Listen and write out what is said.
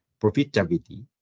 profitability